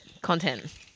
Content